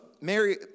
Mary